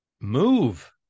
move